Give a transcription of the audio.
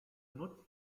nutzt